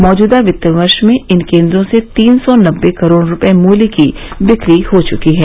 मौजूदा वित्त वर्ष में इन केन्द्रों से तीन सौ नबे करोड़ रुपये मूल्य की बिक्री हो चुकी है